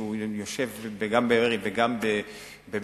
שהוא יושב גם בבארי וגם בבית-שאן,